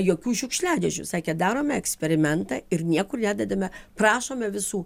jokių šiukšliadėžių sakė darome eksperimentą ir niekur nededame prašome visų